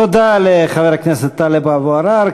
תודה לחבר הכנסת טלב אבו עראר.